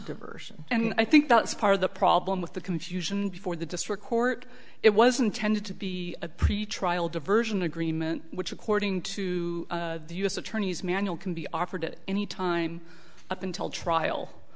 diversion and i think that's part of the problem with the confusion before the district court it was intended to be a pretrial diversion agreement which according to the u s attorney's manual can be offered it any time up until trial